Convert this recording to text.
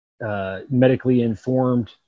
medically-informed